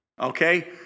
Okay